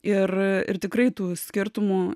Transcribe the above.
ir ir tikrai tų skirtumų